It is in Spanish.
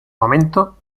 momento